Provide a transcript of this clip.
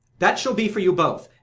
that shall be for you both.